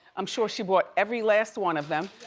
i'm sure she bought every last one of them.